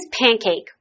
pancake